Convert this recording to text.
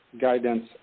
guidance